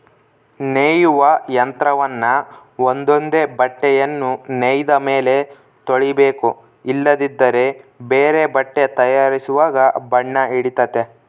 ನೇಯುವ ಯಂತ್ರವನ್ನ ಒಂದೊಂದೇ ಬಟ್ಟೆಯನ್ನು ನೇಯ್ದ ಮೇಲೆ ತೊಳಿಬೇಕು ಇಲ್ಲದಿದ್ದರೆ ಬೇರೆ ಬಟ್ಟೆ ತಯಾರಿಸುವಾಗ ಬಣ್ಣ ಹಿಡಿತತೆ